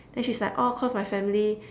then she's like oh cause my family